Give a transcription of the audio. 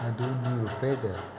ಅದು ನೂರು ರೂಪಾಯಿದೆ